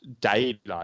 daylight